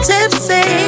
Tipsy